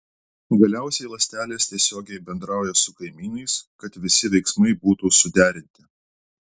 galiausiai ląstelės tiesiogiai bendrauja su kaimynais kad visi veiksmai būtų suderinti